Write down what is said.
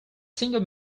single